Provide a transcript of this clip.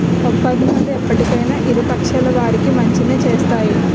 ఒప్పందాలు ఎప్పటికైనా ఇరు పక్షాల వారికి మంచినే చేస్తాయి